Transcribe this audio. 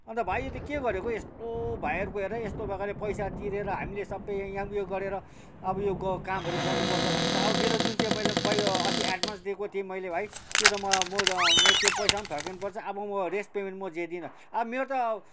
अन्त भाइ यो त के गरेको हौ यस्तो भाइहरूको यस्तो प्रकारले पैसा तिरेर हामीले सबै यहाँ ऊ यो गरेर अब यो कामहरू गर्नु पर्छ भनेको त अब मेरो जुन चाहिँ मैले पैला अस्ति एडभान्स दिएको थिएँ मैले भाइ त्यो त म म त मेरो त्यो पैसा पनि फर्किनु पर्छ अब मो रेस्ट पेमेन्ट म दिँदिनँ अब मेरो त